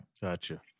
gotcha